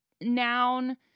noun